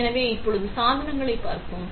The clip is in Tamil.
எனவே இப்போது சாதனங்களைப் பார்ப்போம்